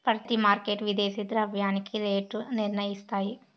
ప్రతి మార్కెట్ విదేశీ ద్రవ్యానికి రేటు నిర్ణయిస్తాయి